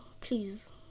please